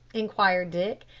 inquired dick,